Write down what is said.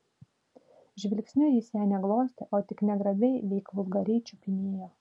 žvilgsniu jis ją ne glostė o tik negrabiai veik vulgariai čiupinėjo